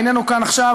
איננו כאן עכשיו,